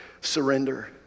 Surrender